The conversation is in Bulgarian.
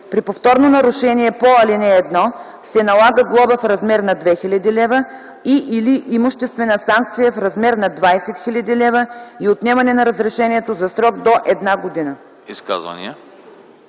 При повторно нарушение по ал. 1 се налага глоба в размер на 2000 лв. и/или имуществена санкция в размера на 6000 лв. и отнемане на разрешението за срок до една година.”